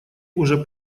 уже